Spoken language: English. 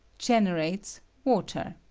generates water.